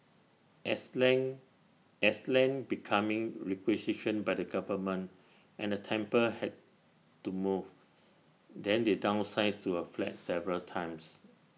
as land as land becoming requisitioned by the government and the temple had to move then they downsize to A flat several times